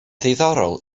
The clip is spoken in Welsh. ddiddorol